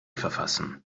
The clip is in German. verfassen